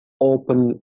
open